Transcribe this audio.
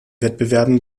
wettbewerben